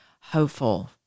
hopeful